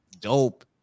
dope